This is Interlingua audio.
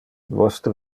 vostre